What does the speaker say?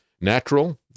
Natural